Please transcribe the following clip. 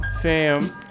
fam